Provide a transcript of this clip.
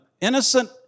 innocent